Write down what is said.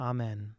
Amen